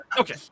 Okay